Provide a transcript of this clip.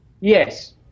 yes